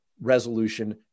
resolution